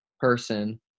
person